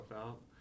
out